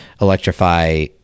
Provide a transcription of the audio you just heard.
electrify